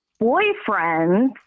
boyfriends